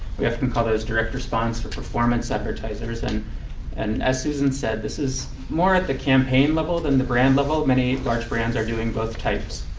we often call those direct response or performance advertisers. and and as susan said, this is more at the campaign level than the brand level. many large brands are doing both types.